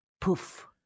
Poof